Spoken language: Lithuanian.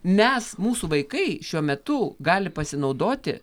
mes mūsų vaikai šiuo metu gali pasinaudoti